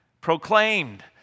proclaimed